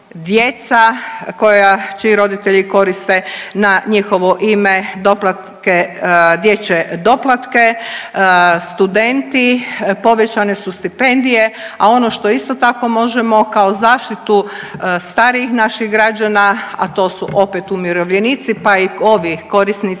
koja čiji roditelji koriste na njihovo ime dječje doplatke, studenti povećane su stipendije. A ono što isto tako možemo kao zaštitu starijih naših građana, a to su opet umirovljenici pa i ovi korisnici